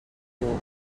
riu